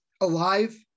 alive